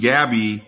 Gabby